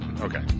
okay